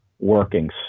working